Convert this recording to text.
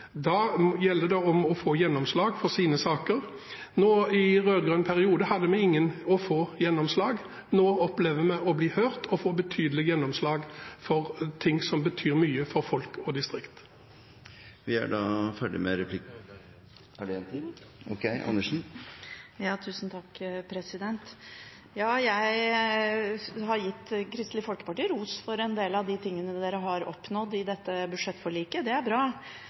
Da gjelder det å få gjennomslag for sine saker. I den rød-grønne regjeringsperioden hadde vi få gjennomslag. Nå opplever vi å bli hørt og får betydelig gjennomslag for ting som betyr mye for folk og distrikter. Jeg har gitt Kristelig Folkeparti ros for en del av de tingene de har oppnådd i dette budsjettforliket, det er bra.